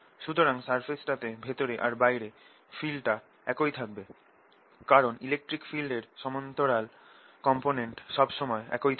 সুতরাং সারফেসটাতে ভেতরে আর বাইরে ফিল্ডটা একই থাকবে কারণ ইলেকট্রিক ফিল্ড এর সমান্তরাল কম্পোনেন্ট সব সময়ে একই থাকে